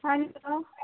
hello